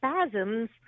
spasms